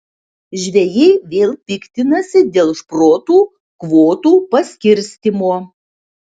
žvejai vėl piktinasi dėl šprotų kvotų paskirstymo